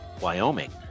Wyoming